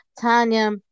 Tanya